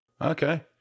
okay